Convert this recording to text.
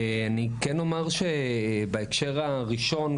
אני כן אומר שבהקשר הראשון,